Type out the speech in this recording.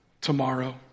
tomorrow